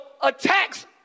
attacks